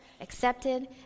accepted